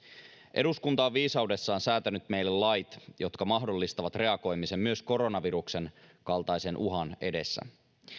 eduskunta on viisaudessaan säätänyt meille lait jotka mahdollistavat reagoimisen myös koronaviruksen kaltaisen uhan edessä